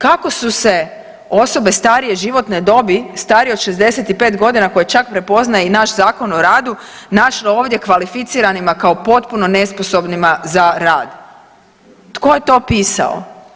Kako su se osobe starije životne dobi, starije od 65.g. koje čak prepoznaje i naš Zakon o radu našle ovdje kvalificiranima kao potpuno nesposobnima za rad, tko je to pisao?